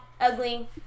ugly